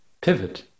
Pivot